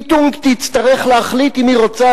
"איטונג" תצטרך להחליט אם היא רוצה